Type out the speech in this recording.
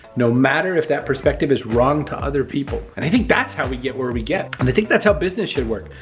no matter if that perspective is wrong to other people. and i think that's how we get where we get. and i think that's how business should work.